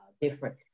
different